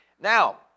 Now